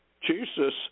Jesus